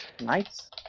Nice